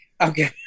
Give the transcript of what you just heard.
okay